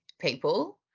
people